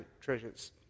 treasures